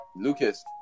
Lucas